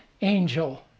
angel